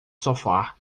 sofá